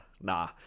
nah